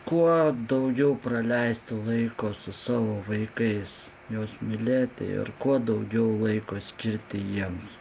kuo daugiau praleisti laiko su savo vaikais juos mylėti ir kuo daugiau laiko skirti jiems